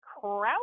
Crouch